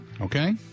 Okay